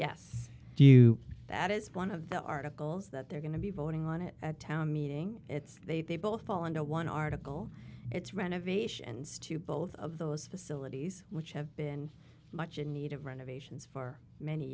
is one of the articles that they're going to be voting on it at town meeting it's they they both fall into one article it's renovations to both of those facilities which have been much in need of renovations for many